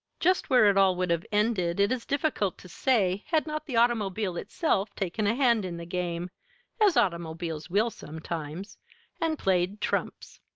just where it all would have ended it is difficult to say had not the automobile itself taken a hand in the game as automobiles will sometimes and played trumps.